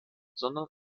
sondern